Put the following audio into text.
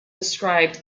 described